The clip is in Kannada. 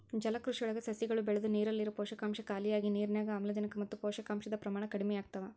ಜಲಕೃಷಿಯೊಳಗ ಸಸಿಗಳು ಬೆಳದು ನೇರಲ್ಲಿರೋ ಪೋಷಕಾಂಶ ಖಾಲಿಯಾಗಿ ನಿರ್ನ್ಯಾಗ್ ಆಮ್ಲಜನಕ ಮತ್ತ ಪೋಷಕಾಂಶದ ಪ್ರಮಾಣ ಕಡಿಮಿಯಾಗ್ತವ